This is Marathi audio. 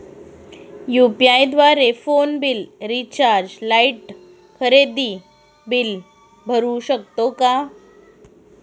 यु.पी.आय द्वारे फोन बिल, रिचार्ज, लाइट, खरेदी बिल भरू शकतो का?